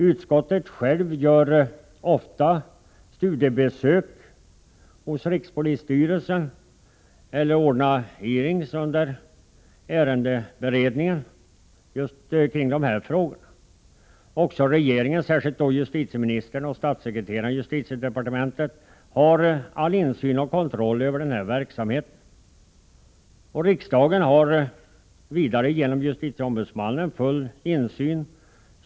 Utskottet självt gör ofta studiebesök hos rikspolisstyrelsen eller ordnar hearings under ärendeberedningen just kring de här frågorna. Också regeringen, särskilt justitieministern och statssekreteraren i justitiedepartementet, har all insyn och kontroll över denna verksamhet. Riksdagen har vidare genom justitieombudsmannen full insyn.